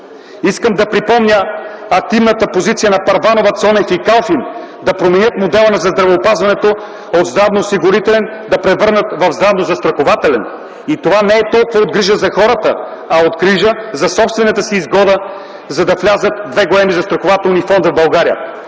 Искам да припомня активната позиция на Първанова, Цонев и Калфин да променят модела за здравеопазването от здравноосигурителен да го превърнат в здравнозастрахователен. Това не е толкова от грижа за хората, а от грижа за собствената си изгода, за да влязат два големи застрахователни фонда в България.